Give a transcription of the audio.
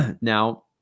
Now